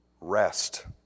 rest